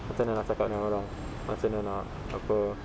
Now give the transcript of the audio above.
macam mana nak cakap dengan orang macam mana nak apa